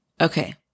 Okay